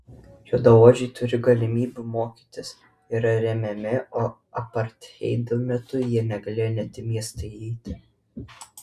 juodaodžiai turi galimybių mokytis yra remiami o apartheido metu jie negalėjo net į miestą eiti